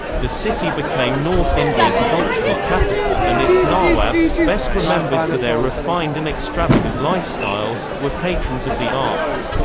the city became north india's cultural capital, and its nawabs, best remembered for their refined and extravagant lifestyles, were patrons of the arts.